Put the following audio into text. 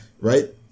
Right